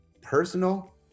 personal